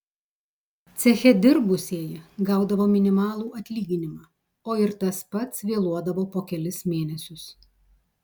ceche dirbusieji gaudavo minimalų atlyginimą o ir tas pats vėluodavo po kelis mėnesius